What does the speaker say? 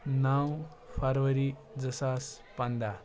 نَو فروری زٕ ساس پنٛداہ